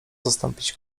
zastąpić